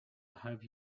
have